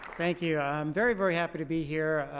thank you i'm very very happy to be here.